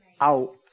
out